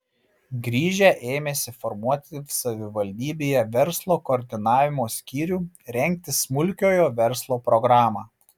grįžę ėmėsi formuoti savivaldybėje verslo koordinavimo skyrių rengti smulkiojo verslo programą